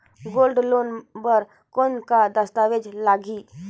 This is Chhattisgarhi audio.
गोल्ड लोन बर कौन का दस्तावेज लगही?